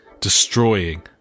destroying